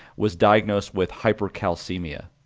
was diagnosed with hypercalcemia.